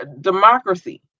democracy